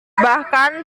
bahkan